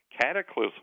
cataclysm